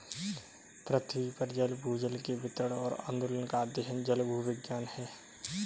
पृथ्वी पर जल भूजल के वितरण और आंदोलन का अध्ययन जलभूविज्ञान है